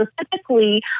specifically